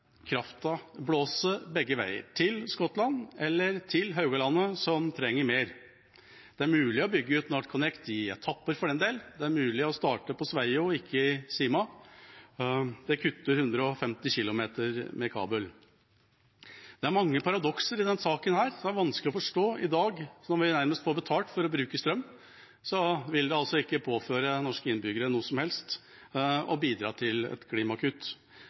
blåse begge veier: til Skottland eller til Haugalandet, som trenger mer. Det er mulig å bygge ut NorthConnect i etapper, for den del; det er mulig å starte på Sveio og ikke i Sima. Det kutter 150 km med kabel. Det er mange paradokser i denne saken. Det er vanskelig i dag å forstå, når vi nærmest får betalt for å bruke strøm, at det ikke vil påføre norske innbyggere noe som helst å bidra til et klimakutt.